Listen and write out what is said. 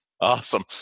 Awesome